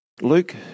Luke